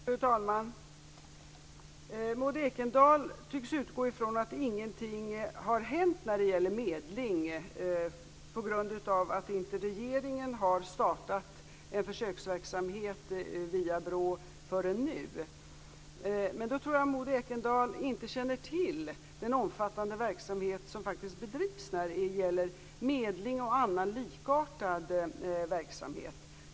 Fru talman! Maud Ekendahl tycks utgå från att ingenting har hänt när det gäller medling på grund av att regeringen inte har startat en försöksverksamhet via BRÅ förrän nu. Jag tror att Maud Ekendahl inte känner till den omfattande verksamhet som faktiskt bedrivs när det gäller medling och annan likartad verksamhet.